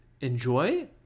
enjoy